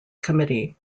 committee